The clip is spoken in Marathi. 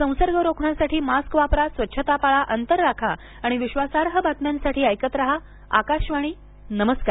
संसर्ग रोखण्यासाठी मास्क वापरा स्वच्छता पाळा अंतर राखा आणि विश्वासार्ह बातम्यांसाठी ऐकत रहा आकाशवाणी नमस्कार